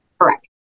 Correct